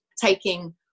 taking